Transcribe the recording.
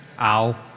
Ow